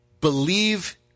Believe